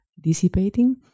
dissipating